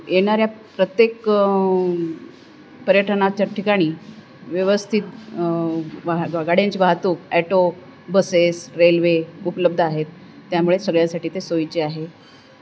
येणाऱ्या प्रत्येक पर्यटनाच्या ठिकाणी व्यवस्थित वा गाड्यांची वाहतूक ॲटो बसेस रेल्वे उपलब्ध आहेत त्यामुळे सगळ्यासाठी ते सोयीचे आहे